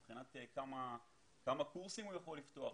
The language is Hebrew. מבחינת כמה קורסים הוא יכול לפתוח,